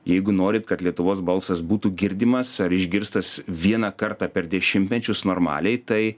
jeigu norit kad lietuvos balsas būtų girdimas ar išgirstas vieną kartą per dešimtmečius normaliai tai